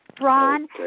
Ron